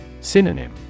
Synonym